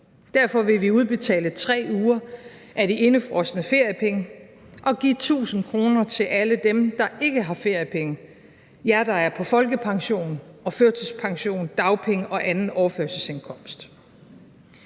Derfor vil vi udbetale 3 uger af de indefrosne feriepenge og give 1.000 kr. til alle dem, der ikke har feriepenge – til jer, der er på folkepension, førtidspension, dagpenge eller anden overførselsindkomst.